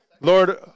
Lord